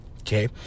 okay